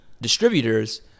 distributors